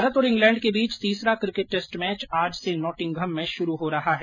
भारत और इंग्लैंड के बीच तीसरा क्रिकेट टेस्ट मैच आज से नाटिंघम में शुरू हो रहा है